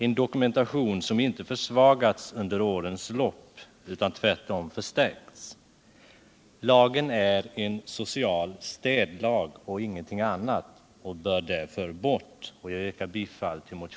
en dokumentation som inte försvagats under årens lopp utan tvärtom förstärkts. Lagen är en social städlag och ingenting annat och bör därför bort.